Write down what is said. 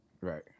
Right